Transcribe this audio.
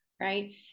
right